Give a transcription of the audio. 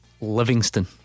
Livingston